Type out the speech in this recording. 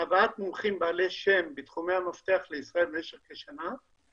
הבאת מומחים בעלי שם בתחומי המפתח לישראל משך כשנה.